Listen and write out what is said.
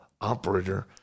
operator